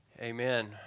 Amen